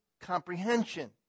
comprehension